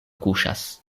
kuŝas